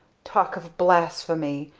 talk of blasphemy!